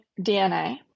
DNA